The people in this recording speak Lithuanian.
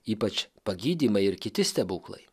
ypač pagydymai ir kiti stebuklai